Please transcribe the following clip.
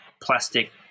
plastic